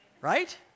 right